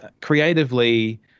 Creatively